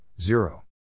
zero